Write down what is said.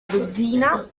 dozzina